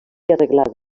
arreglada